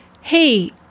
hey